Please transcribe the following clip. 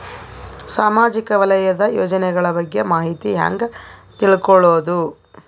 ಸಾಮಾಜಿಕ ವಲಯದ ಯೋಜನೆಗಳ ಬಗ್ಗೆ ಮಾಹಿತಿ ಹ್ಯಾಂಗ ತಿಳ್ಕೊಳ್ಳುದು?